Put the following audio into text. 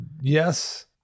Yes